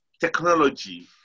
technology